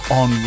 on